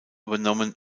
übernommen